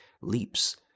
leaps